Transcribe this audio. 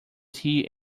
tea